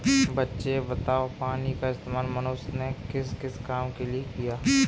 बच्चे बताओ पानी का इस्तेमाल मनुष्य ने किस किस काम के लिए किया?